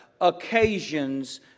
occasions